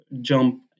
jump